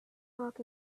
lock